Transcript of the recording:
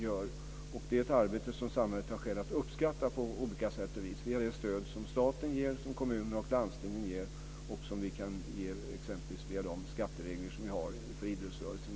Det är ett arbete som samhället har skäl att uppskatta på olika sätt och vis, via det stöd som staten, kommunerna och landstingen ger och som vi kan ge via de skatteregler som gäller för i det här fallet idrottsrörelsen.